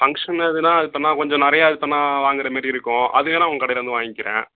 function இதுன்னால் அது பேரென்னா கொஞ்சம் நிறையா இது பண்ணிணா வாங்கிற மாரி இருக்கும் அதுக்கு வேண்ணா உங்கள் கடையிலேருந்து வாங்கிக்கிறேன்